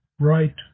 right